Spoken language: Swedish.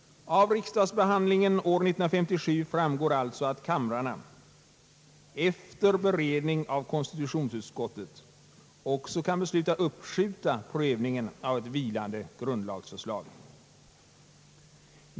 Av riksdagsbehandlingen år 1957 framgår alltså att kamrarna efter beredning av konstitutionsutskottet också kan besluta uppskjuta prövningen av ett vilande grundlagsförslag.